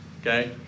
okay